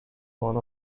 one